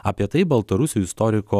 apie tai baltarusių istoriko